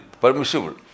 permissible